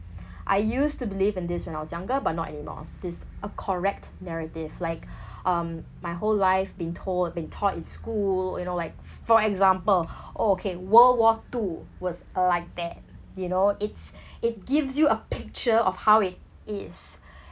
I used to believe in this when I was younger but not anymore there's a correct narrative like um my whole life been told been taught in school you know like for example oh okay world war two was like that you know it's it gives you a picture of how it is